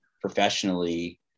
professionally